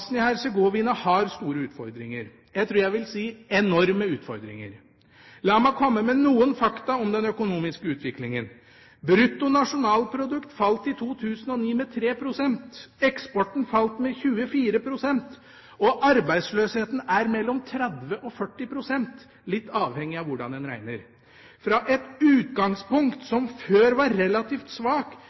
har store utfordringer – jeg tror jeg vil si enorme utfordringer. La meg komme med noen fakta om den økonomiske utviklingen: Bruttonasjonalprodukt falt i 2009 med 3 pst., eksporten falt med 24 pst., og arbeidsløsheten er på mellom 30 og 40 pst., litt avhengig av hvordan man regner. Fra et utgangspunkt som fra før var relativt